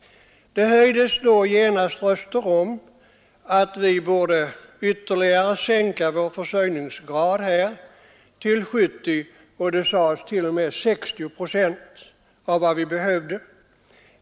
Det höjdes då genast röster för att vi borde ytterligare sänka vår försörjningsgrad till 70, och det sades t.o.m. 60 procent av vad vi behövde.